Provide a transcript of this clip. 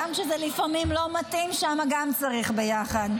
גם כשזה לפעמים לא מתאים, גם שם צריך ביחד.